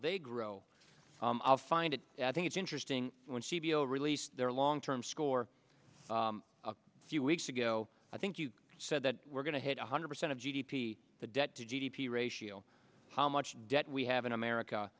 they grow i'll find it i think it's interesting when she be a release their long term score a few weeks ago i think you said that we're going to hit one hundred percent of g d p the debt to g d p ratio how much debt we have in america